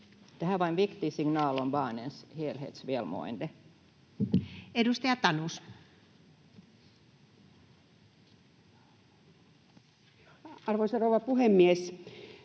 här var en viktig signal om barnens helhetsvälmående. Edustaja Tanus. Arvoisa rouva puhemies!